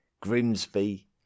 Grimsby